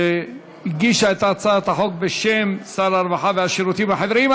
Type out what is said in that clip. שהציגה את הצעת החוק בשם שר הרווחה והשירותים החברתיים.